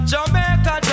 Jamaica